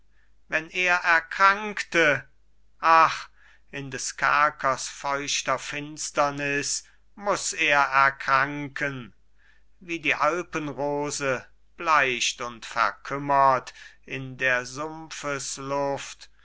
wenn er erkrankte ach in des kerkers feuchter finsternis muss er erkranken wie die alpenrose bleicht und verkümmert in der